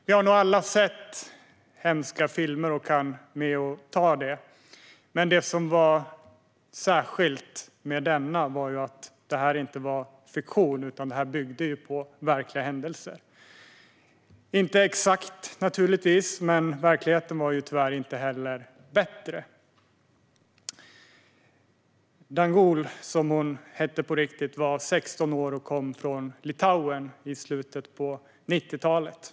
Vi har nog alla sett hemska filmer och kan ta det, men det som var speciellt med denna var att det inte rörde sig om fiktion utan byggde på verkliga händelser - inte exakt naturligtvis, men verkligheten var tyvärr inte bättre. Danguole, som hon hette på riktigt, var 16 år och kom från Litauen i slutet av 90-talet.